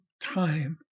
time